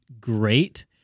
great